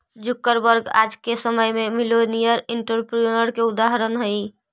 Zuckerberg आज के समय में मिलेनियर एंटरप्रेन्योर के उदाहरण हई